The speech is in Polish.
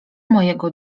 mojego